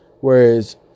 whereas